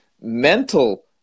mental